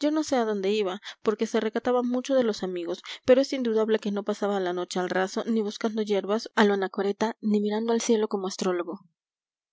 yo no sé adónde iba porque se recataba mucho de los amigos pero es indudable que no pasaba la noche al raso ni buscando yerbas a lo anacoreta ni mirando al cielo como astrólogo